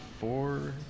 four